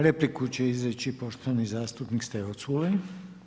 Repliku će izreći poštovani zastupnik Stevo Culej.